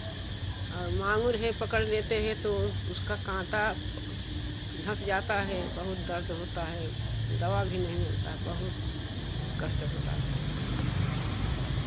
और मांगुर है पकड़ लेते हैं तो उसका काँटा धँस जाता है बहुत दर्द होता है दवा भी नहीं मिलता है बहुत कष्ट होता हैं